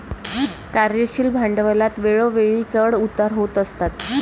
कार्यशील भांडवलात वेळोवेळी चढ उतार होत असतात